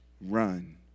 run